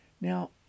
Now